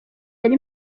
yari